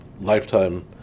lifetime